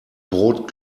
brot